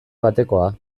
batekoa